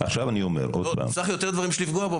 עכשיו אני אומר עוד פעם -- צריך יותר דברים בשביל לפגוע בו,